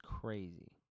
crazy